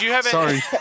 Sorry